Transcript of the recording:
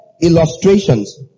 illustrations